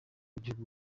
w’igihugu